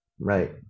Right